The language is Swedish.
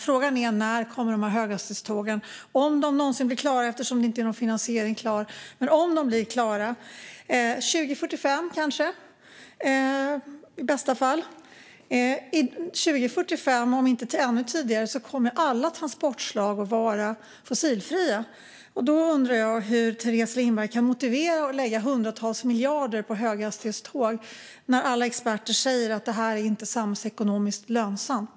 Frågan är när höghastighetstågen kommer - om de någonsin blir klara, eftersom det inte finns någon finansiering klar. Kommer de kanske 2045, i bästa fall? Men 2045, om inte ännu tidigare, kommer alla transportslag att vara fossilfria. Därför undrar jag hur Teres Lindberg kan motivera att lägga hundratals miljarder på höghastighetståg när alla experter säger att det inte är samhällsekonomiskt lönsamt.